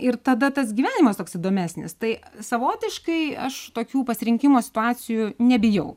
ir tada tas gyvenimas toks įdomesnis tai savotiškai aš tokių pasirinkimo situacijų nebijau